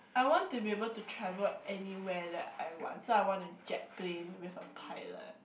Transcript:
I want to be able to travel anywhere that I want so I want a jet plane with a pilot